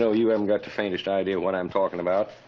know, you haven't got the faintest idea what i'm talking about.